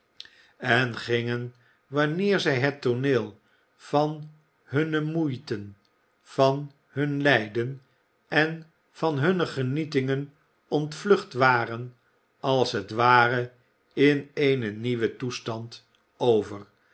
en gingen wanneer zij het tooneel van hunne moeiten van hun lijden en van hunne genietingen ontvlucht waren als het ware in eene nieuwen toestand over